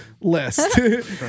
list